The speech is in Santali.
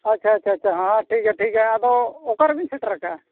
ᱟᱪᱪᱷᱟ ᱟᱪᱪᱷᱟ ᱟᱪᱪᱷᱟ ᱦᱮᱸ ᱦᱮᱸ ᱴᱷᱤᱠ ᱜᱮᱭᱟ ᱴᱷᱤᱠ ᱜᱮᱭᱟ ᱟᱫᱚ ᱚᱠᱟ ᱨᱮᱵᱮᱱ ᱥᱮᱴᱮᱨ ᱟᱠᱟᱜᱼᱟ